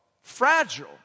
fragile